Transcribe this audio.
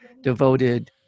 devoted